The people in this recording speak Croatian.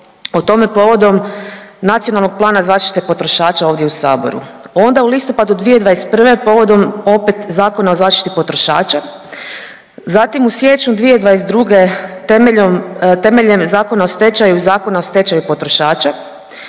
o tome povodom Nacionalnog plana zaštite potrošača ovdje u saboru, onda u listopadu 2021. povodom opet Zakona o zaštiti potrošača, zatim u siječnju 2022. temeljem Zakona o stečaju i Zakona o stečaju potrošača,